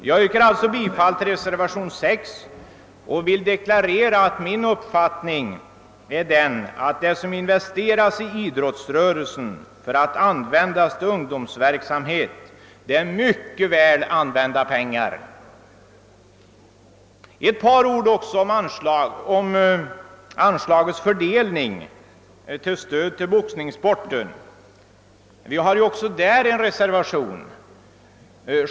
Jag yrkar alltså bifall till reservationen 6 och vill deklarera att min uppfattning är den att det som investeras i idrottsrörelsen för att användas för ungdomsverksamhet är mycket väl använda pengar. Ett par ord också om anslagets fördelning till stöd åt boxningssporten. Även i fråga om detta finns det en reservation.